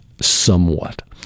somewhat